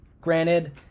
Granted